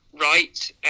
right